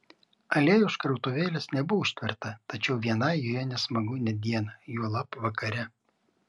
alėja už krautuvėlės nebuvo užtverta tačiau vienai joje nesmagu net dieną juolab vakare